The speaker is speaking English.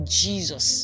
jesus